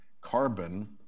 carbon